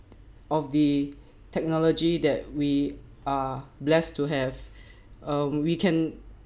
of the technology that we are blessed to have um we can